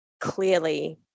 clearly